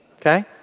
okay